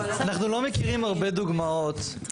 אנחנו לא מכירים הרבה דוגמאות